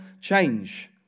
change